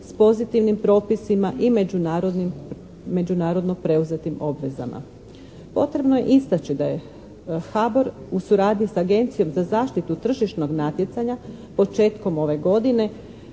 s pozitivnim propisima i međunarodno preuzetim obvezama. Potrebno je istaći da je HBOR u suradnji sa Agenciju za zaštitu tržišnog natjecanja početkom ove godine